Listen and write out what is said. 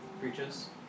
preaches